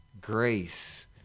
grace